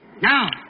Now